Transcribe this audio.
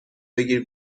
بگیر